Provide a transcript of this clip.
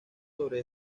sobre